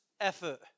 effort